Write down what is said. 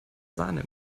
sahne